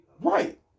Right